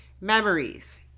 Memories